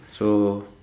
so